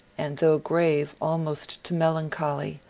and though grave almost to melancholy,